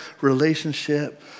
relationship